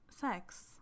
sex